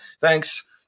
Thanks